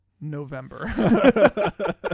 November